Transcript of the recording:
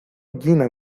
llena